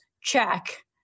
check